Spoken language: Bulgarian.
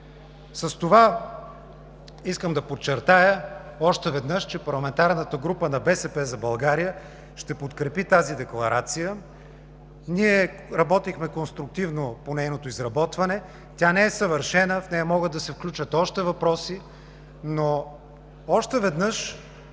С това искам да подчертая още веднъж, че парламентарната група на „БСП за България“ ще подкрепи тази декларация. Ние работихме конструктивно по нейното изработване. Тя не е съвършена. В нея могат да се включат още въпроси. Още веднъж